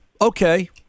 okay